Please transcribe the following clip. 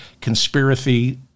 conspiracy